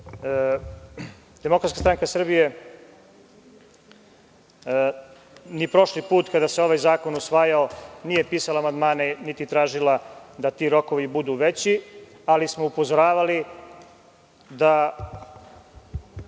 radili. Demokratska stranka Srbije, ni prošli put kada se ovaj zakon usvajao, nije pisala amandmane, niti tražila da ti rokovi budu veći, ali smo upozoravali da